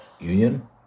Union